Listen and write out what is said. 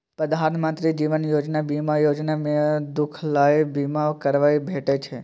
प्रधानमंत्री जीबन ज्योती बीमा योजना मे दु लाखक बीमा कबर भेटै छै